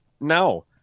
No